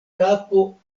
kapo